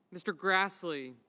mr. grassley.